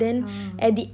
ah